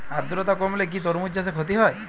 আদ্রর্তা কমলে কি তরমুজ চাষে ক্ষতি হয়?